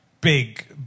big